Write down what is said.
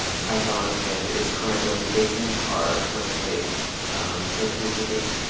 um python and its current limitations are perfectly perfectly sufficient.